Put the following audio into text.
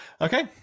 Okay